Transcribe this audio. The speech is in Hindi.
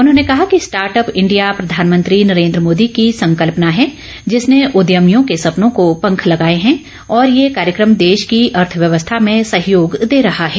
उन्होंने कहा कि स्टार्ट अप इंडिया प्रधानमंत्री नरेन्द्र मोदी की संकल्पना है जिसने उद्यमियों के सपनों को पंख लगाए हैं और ये कार्यक्रम देश की अर्थव्यवस्था में सहयोग दे रहा है